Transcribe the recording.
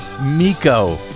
Miko